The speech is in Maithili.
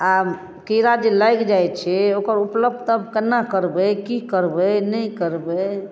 आब कीड़ा जे लागि जाइ छै से ओकर उपलब्ध तब केना करबै की करबै नहि करबै